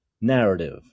narrative